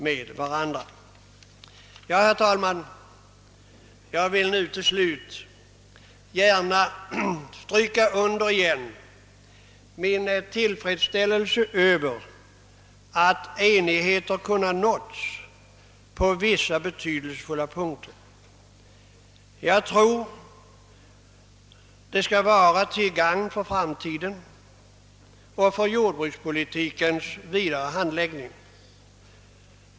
Herr talman! Till sist vill jag på nytt understryka min tillfredsställelse över att enighet kunnat nås på vissa betydelsefulla punkter. Jag tror att detta kommer att bli till gagn för framtiden och för jordbrukspolitikens vidare handläggning.